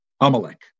Amalek